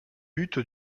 but